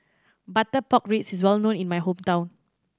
butter pork ribs is well known in my hometown